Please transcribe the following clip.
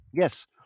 Yes